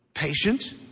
patient